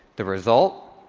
the result,